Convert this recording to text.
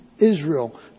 Israel